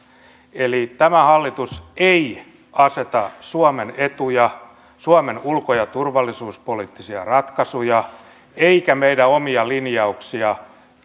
tämä hallitus ei aseta suomen etuja suomen ulko ja turvallisuuspoliittisia ratkaisuja eikä meidän omia linjauksiamme